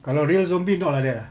kalau real zombie not like that lah